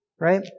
right